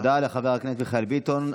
תודה לחבר הכנסת מיכאל ביטון.